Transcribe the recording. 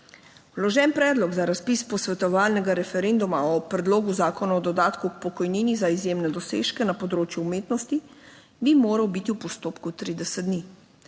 Vložen predlog za razpis posvetovalnega referenduma o Predlogu zakona o dodatku k pokojnini za izjemne dosežke na področju umetnosti bi moral biti v postopku 30 dni.